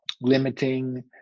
limiting